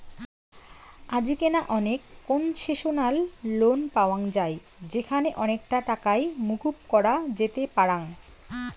আজিকেনা অনেক concessional loan পাওয়াঙ যাই যেখানে অনেকটা টাকাই মকুব করা যেতে পারাং